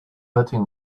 hurting